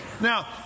Now